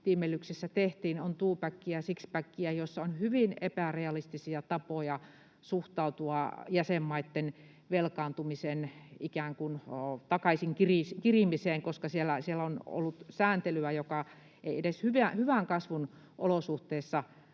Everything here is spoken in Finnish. tehtiin — on twopackiä, sixpackiä — ja joissa on hyvin epärealistisia tapoja suhtautua jäsenmaitten velkaantumisen ikään kuin takaisin kirimiseen, koska siellä on ollut sääntelyä, joka jopa hyvän kasvun olosuhteissa